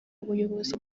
ubuyobozi